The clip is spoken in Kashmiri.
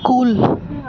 کُل